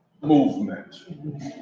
movement